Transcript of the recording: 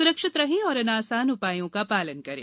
सुरक्षित रहें और इन आसान उपायों का पालन करें